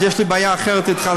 אז יש לי בעיה אחרת אתך,